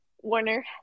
Warner